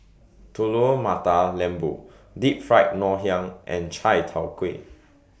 Telur Mata Lembu Deep Fried Ngoh Hiang and Chai Tow Kway